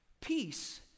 peace